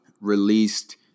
released